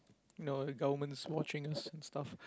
no the government's watching us and stuff